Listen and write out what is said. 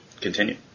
continue